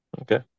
okay